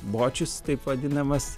bočius taip vadinamas